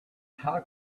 how